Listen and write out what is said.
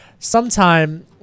sometime